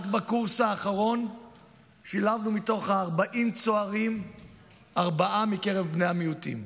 רק בקורס האחרון שילבנו מתוך 40 צוערים ארבעה מקרב בני המיעוטים,